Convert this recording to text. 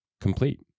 complete